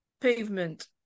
pavement